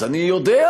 אז אני יודע,